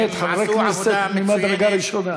אני יודע.